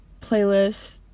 playlist